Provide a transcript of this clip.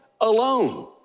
alone